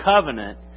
covenant